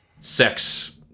sex